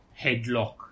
headlock